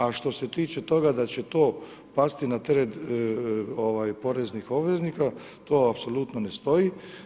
A što se toga da će to pasti na teret poreznih obveznika, to apsolutno ne stoji.